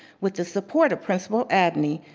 with the support of principal adney,